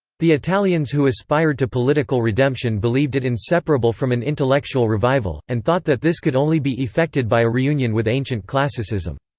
the italians who aspired to political redemption believed it inseparable from an intellectual revival, and thought that this could only be effected by a reunion with ancient classicism.